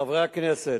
חברי הכנסת,